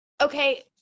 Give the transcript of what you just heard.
okay